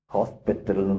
Hospital